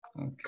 Okay